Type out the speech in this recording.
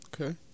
Okay